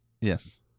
Yes